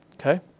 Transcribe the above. Okay